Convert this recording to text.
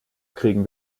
kriegen